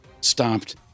stopped